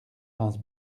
rince